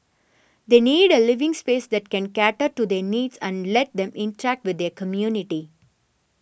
they need a living space that can cater to their needs and lets them interact with their community